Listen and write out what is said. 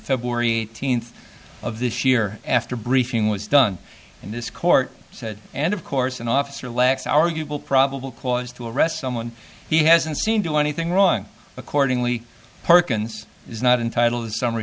february eighteenth of this year after briefing was done in this court said and of course an officer lacks arguable probable cause to arrest someone he hasn't seen do anything wrong accordingly perkins is not entitle